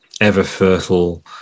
ever-fertile